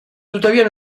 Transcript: tuttavia